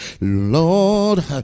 lord